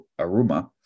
Aruma